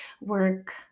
work